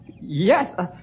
yes